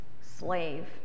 slave